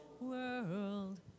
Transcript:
World